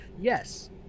Yes